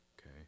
Okay